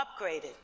upgraded